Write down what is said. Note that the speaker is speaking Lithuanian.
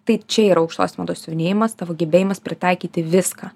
tai čia yra aukštosios mados siuvinėjimas tavo gebėjimas pritaikyti viską